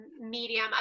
Medium